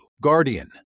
Guardian